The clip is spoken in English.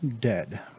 dead